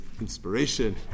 inspiration